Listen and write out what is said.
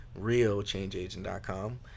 realchangeagent.com